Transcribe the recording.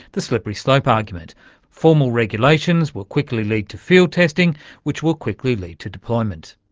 the slippery slope argument formal regulations will quickly lead to field testing which will quickly lead to deployment.